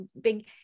big